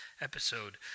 episode